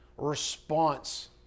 response